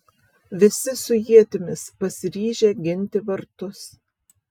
visi su ietimis pasiryžę ginti vartus